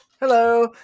hello